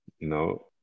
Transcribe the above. No